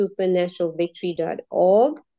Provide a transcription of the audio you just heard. supernaturalvictory.org